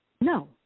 No